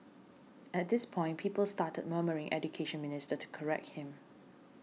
at this point people started murmuring Education Minister to correct him